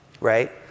Right